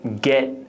get